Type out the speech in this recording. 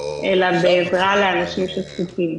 אלא בעזרה לאנשים שזקוקים.